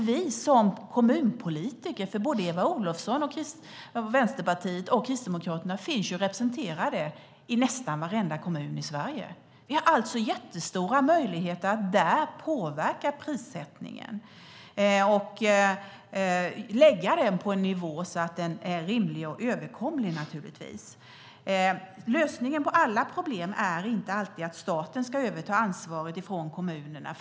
Vänsterpartiet och Kristdemokraterna finns representerade i nästan varenda kommun i Sverige och har därigenom stora möjligheter att påverka prissättningen och lägga den på en rimlig och överkomlig nivå. Lösningen på alla problem är inte alltid att staten ska överta ansvaret från kommunerna.